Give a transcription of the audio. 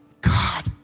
God